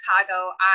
chicago